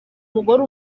mugore